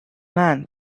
man